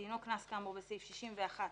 דינו הקנס כאמור בסעיף 61(א)(4)